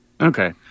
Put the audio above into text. Okay